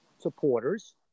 supporters